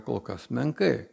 kol kas menkai